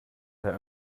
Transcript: der